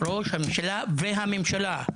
ראש הממשלה והממשלה.